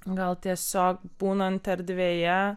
gal tiesiog būnant erdvėje